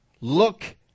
look